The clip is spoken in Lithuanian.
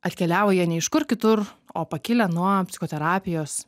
atkeliauja ne iš kur kitur o pakilę nuo psichoterapijos